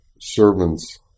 servants